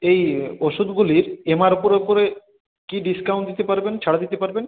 এই ওষুধগুলির এমআর ওপরে ওপরে কী ডিস্কাউন্ট দিতে পারবেন ছাড় দিতে পারবেন